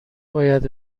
باید